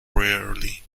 rarely